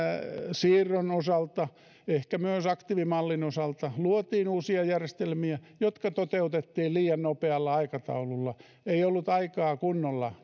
siirron osalta ja ehkä myös aktiivimallin osalta luotiin uusia järjestelmiä jotka toteutettiin liian nopealla aikataululla ei ollut aikaa kunnolla